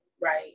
right